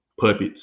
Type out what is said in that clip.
puppets